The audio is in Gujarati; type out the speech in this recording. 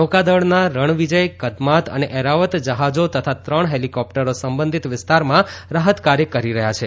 નૌકાદળના રણવિજય કદમાત અને એરાવત જહાજો તથા ત્રણ હેલીકોપ્ટરો સંબંધીત વિસ્તારમાં રાહત કાર્ય કરી રહ્યા છે